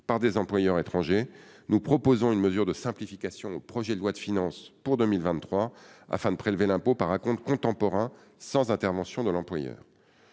par les employeurs étrangers, nous proposons une mesure de simplification dans le projet de loi de finances pour 2023, afin de prélever l'impôt par acompte contemporain, sans intervention de l'employeur.